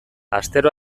astero